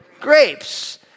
Grapes